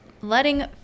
letting